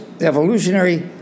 evolutionary